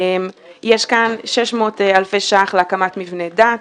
יש כאן 600 אלפי ש"ח להקמת מבני דת.